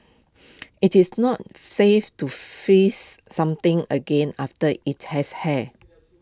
IT is not safe to freeze something again after IT has hay